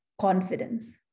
confidence